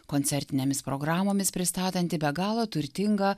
koncertinėmis programomis pristatanti be galo turtingą